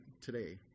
today